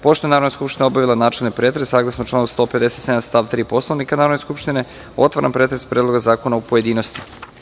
Pošto je Narodna skupština obavila načelni pretres, saglasno članu 157. stav 3. Poslovnika Narodne skupštine, otvaram pretres Predloga zakona u pojedinostima.